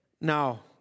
now